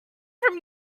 from